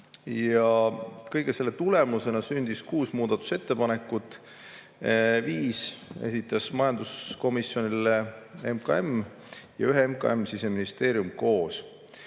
Kõige selle tulemusena sündis kuus muudatusettepanekut, viis esitas majanduskomisjonile MKM ja ühe MKM koos Siseministeeriumiga.